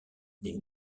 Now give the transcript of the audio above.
des